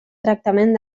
tractament